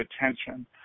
attention